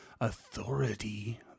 Authority